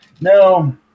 No